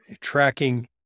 tracking